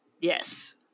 Yes